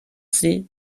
sie